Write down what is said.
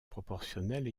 proportionnelle